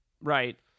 right